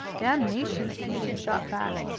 damnation! the canadian shot back.